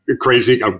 crazy